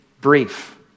brief